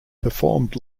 performed